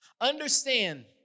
understand